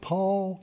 Paul